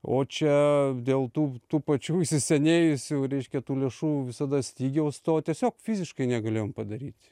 o čia dėl tų tų pačių įsisenėjusių reiškia tų lėšų visada stygiaus to tiesiog fiziškai negalėjom padaryt